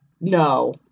No